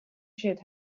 should